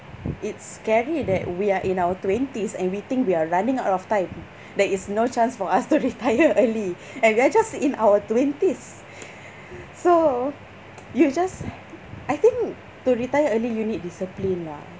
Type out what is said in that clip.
it's scary that we are in our twenties and we think we are running out of time there is no chance for us to retire early and we are just in our twenties so you just I think to retire early you need discipline lah